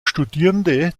studierende